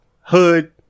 hood